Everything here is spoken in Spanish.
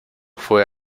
fue